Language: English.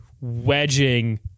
wedging